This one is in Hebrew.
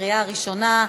בקריאה ראשונה.